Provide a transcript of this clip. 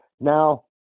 Now